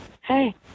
hey